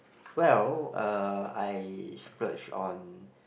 well uh I splurge on